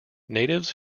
natives